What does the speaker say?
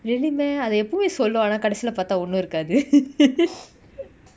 really meh அது எப்போவுமே சொல்லு ஆனா கடைசில பாத்தா ஒன்னு இருக்காது:athu eppovume sollu aana kadaisila paatha onnu irukaathu